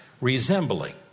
resembling